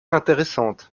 intéressante